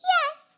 Yes